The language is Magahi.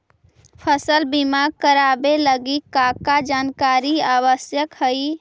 फसल बीमा करावे लगी का का जानकारी आवश्यक हइ?